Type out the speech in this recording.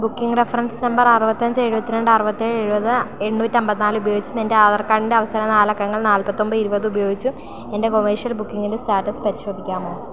booking reference number അറുപത്തിയഞ്ച് എഴുപത്തിരണ്ട് അറുപത്തിയേഴ് എഴുപത് എണ്ണൂറ്റിയമ്പത്ത് നാല് ഉപയോഗിച്ചും എൻ്റെ ആധാർ കാർഡിൻ്റെ അവസാന നാലക്കങ്ങൾ നാല്പത്തിയൊമ്പത് ഇരുപത് ഉപയോഗിച്ചും എൻ്റെ കൊമേർഷ്യൽ ബുക്കിംഗിൻ്റെ സ്റ്റാറ്റസ് പരിശോധിക്കാമോ